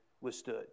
withstood